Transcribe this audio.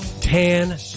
tan